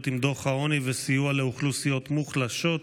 עם דוח העוני וסיוע לאוכלוסיות מוחלשות.